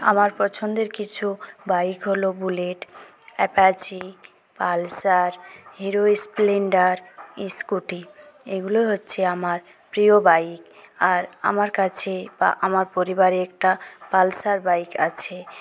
আমার পছন্দের কিছু বাইক হল Bullet Apache Pulsar Hero Splendor Scooty এগুলি হচ্ছে আমার প্রিয় বাইক আর আমার কাছে বা আমার পরিবারে একটা পালসার বাইক আছে